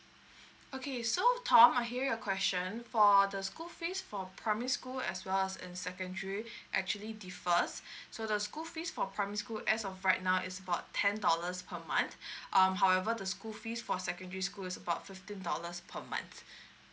okay so tom I hear your question for the school fees for primary school as well as in secondary actually differs so the school fees for primary school as of right now is about ten dollars per month um however the school fees for secondary school is about fifteen dollars per month